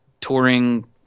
touring